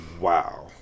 Wow